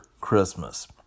Christmas